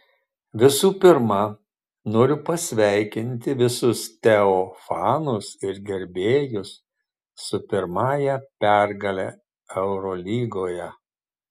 visų pirma noriu pasveikinti visus teo fanus ir gerbėjus su pirmąja pergale eurolygoje